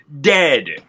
Dead